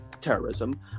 terrorism